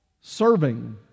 serving